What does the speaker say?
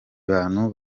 bantu